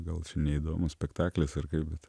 gal neįdomus spektaklis ar kaip bet